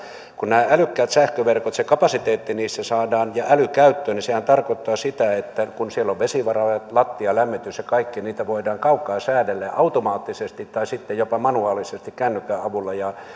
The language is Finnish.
kun nämä älykkäät sähköverkot se kapasiteetti ja äly niissä saadaan käyttöön niin sehän tarkoittaa sitä että kun siellä on vesivaraaja lattialämmitys ja kaikki niitä voidaan kaukaa säädellä ja automaattisesti tai sitten jopa manuaalisesti kännykän avulla ja